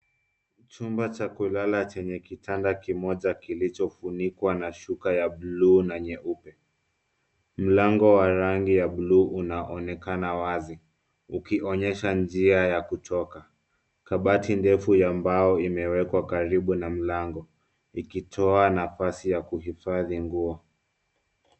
Chumba cha kulala chenye kitanda kimoja kilichofunkwa na shuka ya blue na nyeupe. Mlango wa rangi ya blue[cs[unaonekana wazi ukionyesha njia ya kutoka. Kabati ndefu ya mbao imewekwa karibu na mlango ikitoa nafasi ya kuhifadhi nguo.